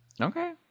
okay